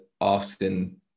often